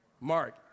Mark